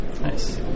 Nice